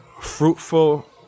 fruitful